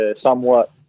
somewhat